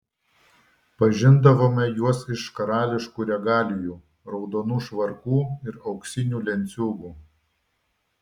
pažindavome juos iš karališkų regalijų raudonų švarkų ir auksinių lenciūgų